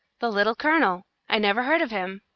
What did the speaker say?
the little colonel i never heard of him,